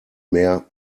mehr